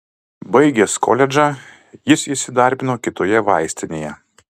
baigęs koledžą jis įsidarbino kitoje vaistinėje